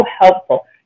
helpful